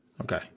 Okay